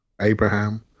Abraham